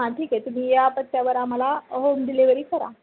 हां ठीक आहे तुम्ही या पत्त्यावर आम्हाला होम डिलेवरी करा